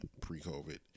pre-COVID